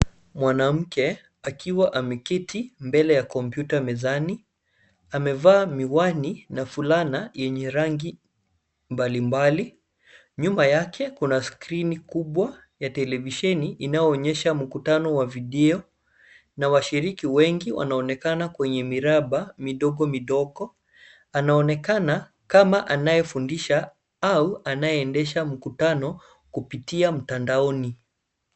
Mwanamke akiwa ameketi mbele ya kompyuta mezani, amevaa miwani na fulana yenye rangi mbalimbali. Nyuma yake kuna skrini kubwa ya televisheni inayoonyesha mkutano wa video na washiriki wengi wanaonekana kwenye miraba midogomidogo. Anaonekana kama anayefundisha au anayeendesha mkutano kupitia mtandaoni.